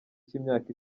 cy’imyaka